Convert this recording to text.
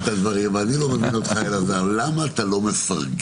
אני לא מבין אותך, אלעזר, למה אתה לא מפרגן.